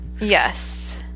Yes